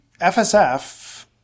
FSF